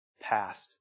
Past